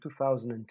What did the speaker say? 2002